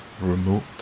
remote